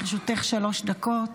לרשותך שלוש דקות.